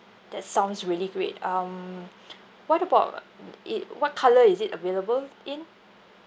that sounds really great um what about mm it what colour is it available in